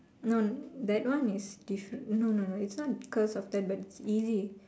no that one is different no no no it's not because of that but it's easy